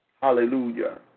Hallelujah